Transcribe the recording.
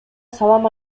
салам